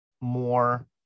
more